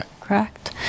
Correct